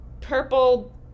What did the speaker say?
purple